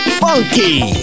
funky